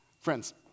Friends